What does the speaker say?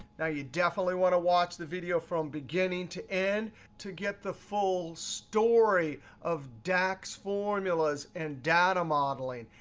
now, you definitely want to watch the video from beginning to end to get the full story of dax formulas and data modeling.